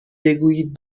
بگویید